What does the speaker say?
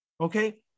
Okay